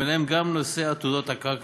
וביניהם גם נושא עתודות הקרקע